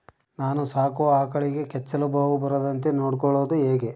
ನಾನು ಸಾಕೋ ಆಕಳಿಗೆ ಕೆಚ್ಚಲುಬಾವು ಬರದಂತೆ ನೊಡ್ಕೊಳೋದು ಹೇಗೆ?